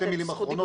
שתי מלים אחרונות.